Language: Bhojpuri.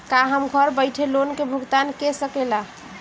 का हम घर बईठे लोन के भुगतान के शकेला?